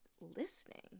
listening